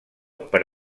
per